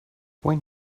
when